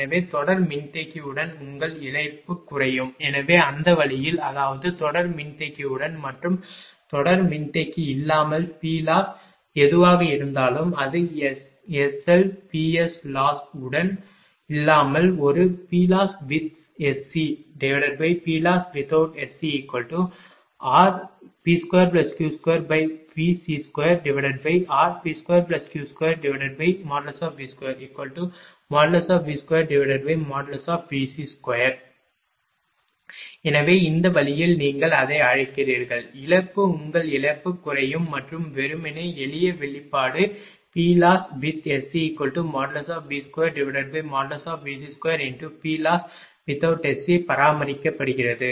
எனவே தொடர் மின்தேக்கியுடன் உங்கள் இழப்பு குறையும் எனவே அந்த வழியில் அதாவது தொடர் மின்தேக்கியுடன் மற்றும் தொடர் மின்தேக்கி இல்லாமல் PLoss எதுவாக இருந்தாலும் அது SLPSLoss உடன் இல்லாமல் ஒரு PLosswith SCPLosswithout SCrP2Q2Vc2rP2Q2V2V2Vc2 எனவே இந்த வழியில் நீங்கள் அதை அழைக்கிறீர்கள் இழப்பு உங்கள் இழப்பு குறையும் மற்றும் வெறுமனே எளிய வெளிப்பாடு PLosswith SCV2Vc2×PLosswithout SC பராமரிக்கப்படுகிறது